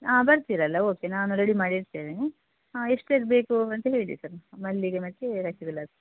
ಆಂ ಬರ್ತೀರಲ್ಲ ಓಕೆ ನಾನು ರೆಡಿ ಮಾಡಿ ಇಡ್ತೇನೆ ಹ್ಞೂ ಹಾಂ ಎಷ್ಟೆಷ್ಟು ಬೇಕು ಅಂತ ಹೇಳಿ ಸರ್ ಮಲ್ಲಿಗೆ ಮತ್ತು ಕಸಿ ಗುಲಾಬಿ